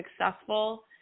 successful